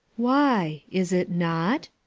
why! is it not?